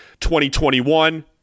2021